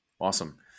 Awesome